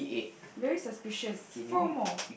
very suspicious four more